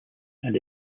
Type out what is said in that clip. and